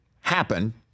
happen